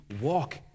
walk